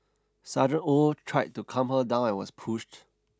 Sergeant Oh tried to calm her down and was pushed